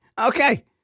Okay